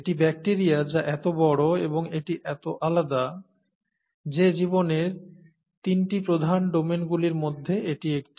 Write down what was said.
এটি ব্যাকটিরিয়া যা এত বড় এবং এটি এত আলাদা যে জীবনের তিনটি প্রধান ডোমেনগুলির মধ্যে এটি একটি